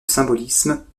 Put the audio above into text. symbolisme